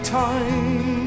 time